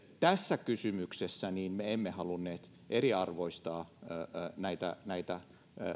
tässä kysymyksessä me emme halunneet eriarvoistaa näitä näitä